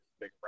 big